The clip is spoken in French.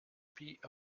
pays